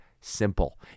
simple